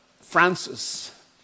Francis